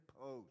post